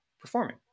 performing